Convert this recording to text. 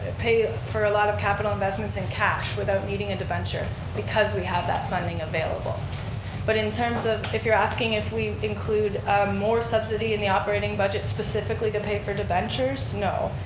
and pay for a lot of capital investments in cash without needing a debenture because we have that funding available but in terms of if you're asking if we include more subsidy in the operating budget specifically to pay for debentures, no.